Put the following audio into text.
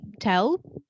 tell